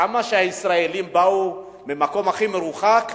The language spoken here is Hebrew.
כמה שהישראלים הגיעו ממקום מרוחק,